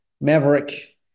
Maverick